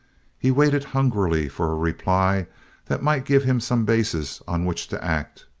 he waited hungrily for a reply that might give him some basis on which to act,